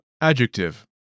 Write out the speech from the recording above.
adjective